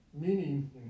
meaning